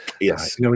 Yes